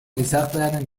gizartearen